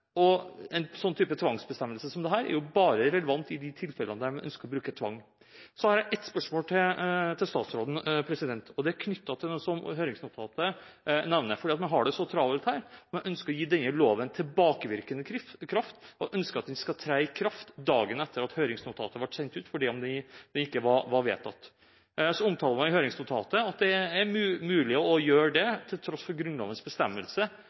tvangsbestemmelse som dette er bare relevant i de tilfellene de ønsker å bruke tvang. Så har jeg et spørsmål til statsråden. Det er knyttet til det høringsnotatet jeg nevnte. Man har det så travelt her at man ønsker å gi denne loven tilbakevirkende kraft. Man ønsker at den skal tre i kraft dagen etter at høringsnotatet ble sendt ut, fordi det ikke var vedtatt. Man omtaler i høringsnotatet at det er mulig å gjøre det, til tross for Grunnlovens bestemmelse